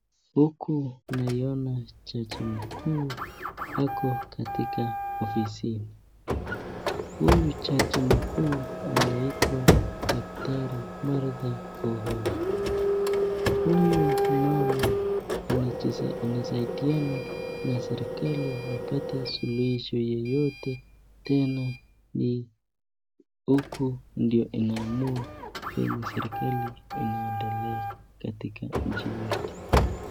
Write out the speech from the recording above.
Huku namuona jaji mkuu ako katika ofisini ,huyu jaji mkuu anaitwa daktari Martha Koome , huyu mama anasaidiana na serikali wapate suruhisho yoyote tena ni ndio inaamua venye serikali inaendelea katika nchi yetu.